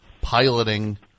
piloting –